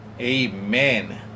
amen